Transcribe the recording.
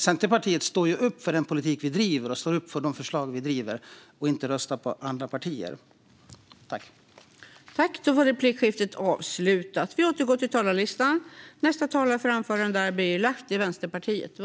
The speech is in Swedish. Centerpartiet står upp för den politik och de förslag som vi driver och röstar inte på andra partiers förslag.